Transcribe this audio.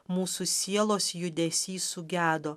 mūsų sielos judesys sugedo